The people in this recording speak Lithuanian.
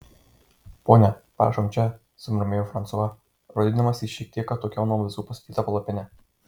ponia prašom čia sumurmėjo fransua rodydamas į šiek tiek atokiau nuo visų pastatytą palapinę